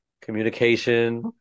communication